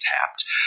tapped